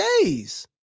days